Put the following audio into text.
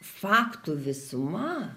faktų visuma